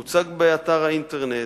הוא מוצג באתר האינטרנט,